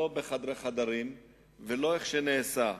לא בחדרי חדרים ולא איך שזה נעשה,